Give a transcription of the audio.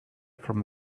from